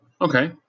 Okay